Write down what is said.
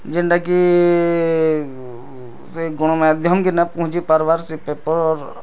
ଯେନ୍ଟା କି ସେ ଗଣମାଧ୍ୟମ୍ କେ ନ ପହଞ୍ଚି ପାର୍ବାର୍ ସେ ପେପର୍